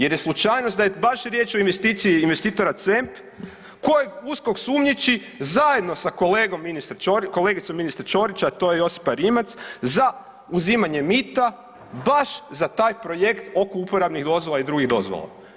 Jer je slučajnost da je baš riječ o investiciji investitora CEMP kojeg USKOK sumnjiči zajedno sa kolegom ministra .../nerazumljivo/... kolegicom ministra Ćorića, a to je Josipa Rimac za uzimanje mita baš za taj projekt oko uporabnih dozvola i drugih dozvola.